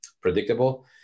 predictable